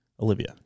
Olivia